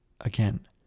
Again